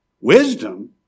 Wisdom